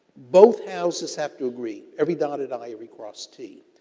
both houses have to agree, every dotted i every crossed t.